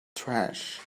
trash